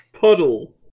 puddle